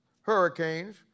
hurricanes